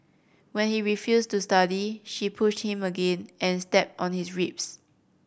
when he refused to study she pushed him again and stepped on his ribs